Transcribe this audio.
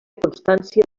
constància